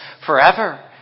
forever